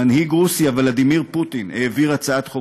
מנהיג רוסיה ולדימיר פוטין העביר הצעת חוק